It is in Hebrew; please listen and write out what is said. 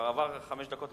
עברו חמש דקות,